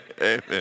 Amen